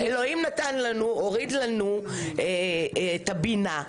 אלוהים נתן לנו, הוריד לנו את הבינה.